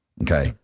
Okay